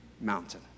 mountain